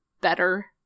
better